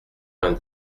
vingt